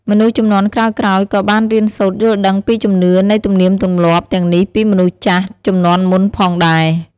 មនុស្សជំនាន់ក្រោយៗ ក៏បានរៀនសូត្រយល់ដឹងពីជំនឿនៃទំនៀមទម្លាប់ទាំងនេះពីមនុស្សចាស់ជំនាន់មុនផងដែរ។